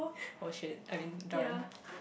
oh shit I mean darn